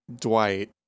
Dwight